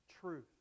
truth